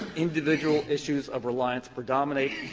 individual issues of reliance predominate,